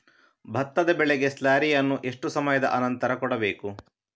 ಭತ್ತದ ಬೆಳೆಗೆ ಸ್ಲಾರಿಯನು ಎಷ್ಟು ಸಮಯದ ಆನಂತರ ಕೊಡಬೇಕು?